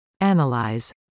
Analyze